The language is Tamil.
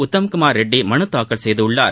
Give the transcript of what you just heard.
உத்தம்குமார் ரெட்டி மனுத்தாக்கல் செய்துள்ளார்